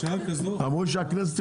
תיקון עקיף לפקודת מס הכנסה,